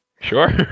sure